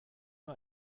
nur